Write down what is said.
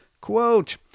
Quote